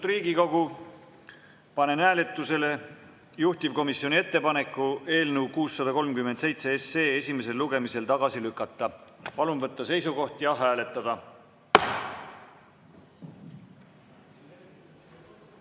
Riigikogu, panen hääletusele juhtivkomisjoni ettepaneku eelnõu 637 esimesel lugemisel tagasi lükata. Palun võtta seisukoht ja hääletada!